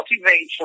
motivation